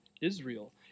Israel